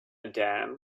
dam